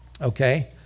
okay